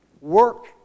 work